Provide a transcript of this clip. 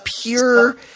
pure